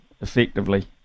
effectively